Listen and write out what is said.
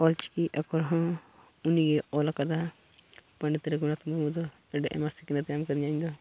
ᱚᱞ ᱪᱤᱠᱤ ᱟᱠᱷᱚᱨ ᱦᱚᱸ ᱩᱱᱤᱜᱮ ᱚᱞ ᱟᱠᱟᱫᱟ ᱯᱚᱸᱰᱤᱛ ᱨᱚᱜᱷᱩᱱᱟᱛᱷ ᱢᱩᱨᱢᱩ ᱫᱚ ᱟᱹᱰᱤ ᱟᱭᱢᱟ ᱥᱤᱠᱷᱱᱟᱹᱛᱼᱮ ᱮᱢ ᱠᱟᱹᱣᱫᱤᱧᱟᱹ ᱤᱧᱫᱚ